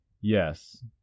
Yes